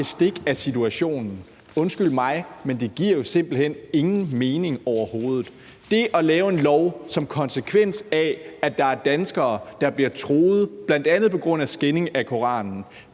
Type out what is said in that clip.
bestik af situationen. Undskyld mig, men det giver jo simpelt hen ingen mening, overhovedet. Det at lave en lov som konsekvens af, at der er danskere, der bliver truet bl.a. på grund af skænding af Koranen,